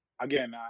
again